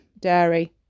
dairy